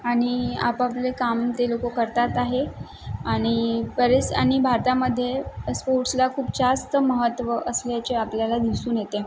आणि आपापले काम ते लोक करतात आहे आणि बरेच आणि भारतामधे स्पोर्ट्सला खूप जास्त महत्त्व असल्याचे आपल्याला दिसून येते